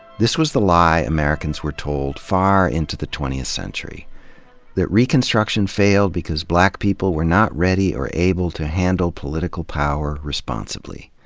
this was the lie americans were told far into the twentieth that reconstruction failed because black people were not ready or able to handle political power responsibly.